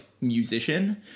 musician